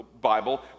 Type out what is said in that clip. Bible